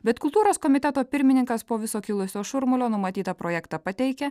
bet kultūros komiteto pirmininkas po viso kilusio šurmulio numatytą projektą pateikia